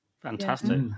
Fantastic